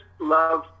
love